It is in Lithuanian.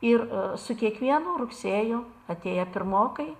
ir su kiekvienu rugsėju atėję pirmokai